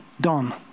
done